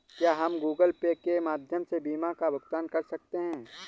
क्या हम Google Pay के माध्यम से बीमा का भुगतान कर सकते हैं?